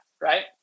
Right